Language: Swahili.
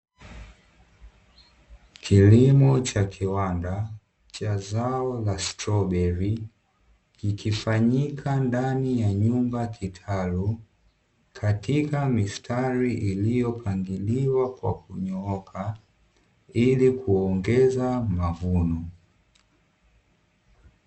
Kilimo cha kiwanda cha zao la stroberi, kikifanyika ndani ya nyumba kitalu katika mistari iliyopangiliwa kwa kunyooka, ili kuongeeza mavuno.